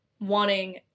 wanting